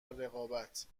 رقابت